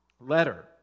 letter